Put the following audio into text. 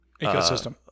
ecosystem